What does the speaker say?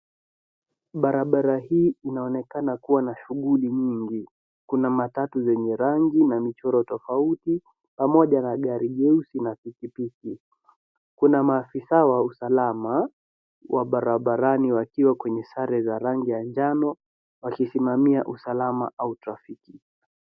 Barabara hii inaonekana kuwa na shughuli nyingi. Kuna matatu zenye rangi na michoro tofauti pamoja na gari jeusi na pikipiki. Kuna maafisa wa usalama wa barabarani wakiwa kwenye sare za rangi ya njano wakisimamia usalama au trafiki.